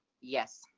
Yes